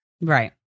Right